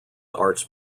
arts